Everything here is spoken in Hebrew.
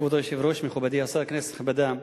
כבוד היושב-ראש, מכובדי השר, כנסת נכבדה,